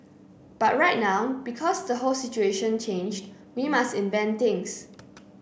but right now because the whole situation changed we must invent things